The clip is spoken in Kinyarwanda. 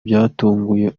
byatunguye